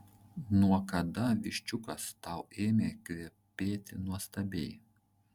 nuo kada viščiukas tau ėmė kvepėti nuostabiai